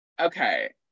Okay